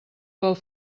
pel